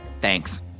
thanks